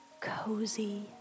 cozy